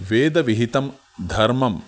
वेदविहितं धर्मम्